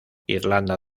irlanda